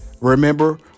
Remember